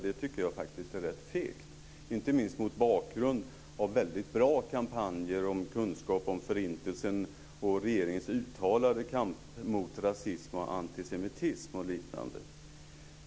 Det tycker jag faktiskt är rätt fegt, inte minst mot bakgrund av väldigt bra kampanjer om kunskap om Förintelsen och regeringens uttalade kamp mot rasism, antisemitism och liknande.